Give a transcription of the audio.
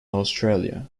australia